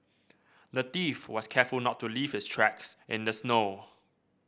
the thief was careful to not leave his tracks in the snow